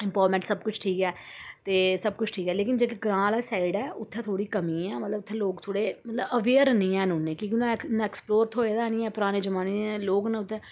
empowerment सब कुछ ठीक ऐ ते सब कुछ ठीक ऐ लेकिन जेह्के ग्रांऽ आह्ला साइड ऐ उ'त्थें थोह्ड़ी कमी ऐ मतलब उ'त्थें लोग थोह्ड़े मतलब अवेयर निं हैन उ'न्ने कि के उ'न्ना एक्सप्लोर थ्होऐ दा निं ऐ पुरानें जमान्नें दे लोग न उ'त्थें